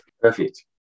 Perfect